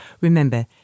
Remember